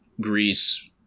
Greece